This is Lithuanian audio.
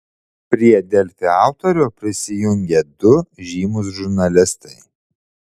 prie delfi autorių prisijungė du žymūs žurnalistai